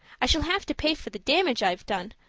i shall have to pay for the damage i've done,